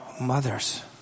mothers